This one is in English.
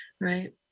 Right